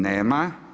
Nema.